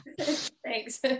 thanks